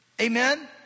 Amen